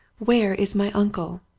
where is my uncle?